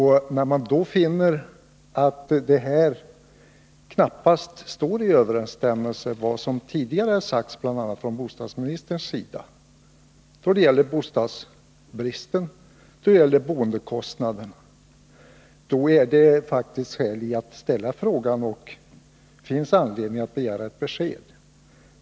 När man finner att det som anfördes knappast står i överensstämmelse med vad som tidigare har sagts bl.a. av bostadsministern då det gäller bostadsbristen och då det gäller boendekostnaderna, då är det faktiskt skäl i att ställa frågan och då finns det anledning att begära ett besked.